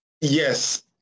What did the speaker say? yes